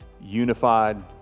unified